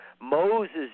Moses